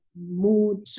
mood